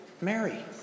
Mary